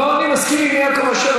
לא, אני מסכים עם יעקב אשר.